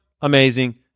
amazing